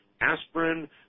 aspirin